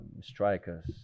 strikers